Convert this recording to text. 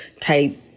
type